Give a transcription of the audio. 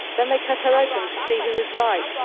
then they cut her open to see who was right.